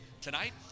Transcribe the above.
Tonight